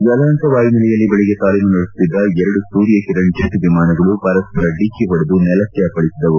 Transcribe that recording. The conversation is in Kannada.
ಯಲಹಂಕ ವಾಯುನೆಲೆಯಲ್ಲಿ ಬೆಳಗ್ಗೆ ತಾಲೀಮು ನಡೆಸುತ್ತಿದ್ದ ಎರಡು ಸೂರ್ಯಕಿರಣ್ ಜೆಟ್ ವಿಮಾನಗಳು ಪರಸ್ಪರ ಡಿಕ್ಕಿ ಹೊಡೆದು ನೆಲಕ್ಕೆ ಅಪ್ಪಳಿಸಿದವು